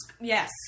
Yes